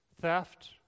theft